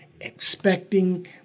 expecting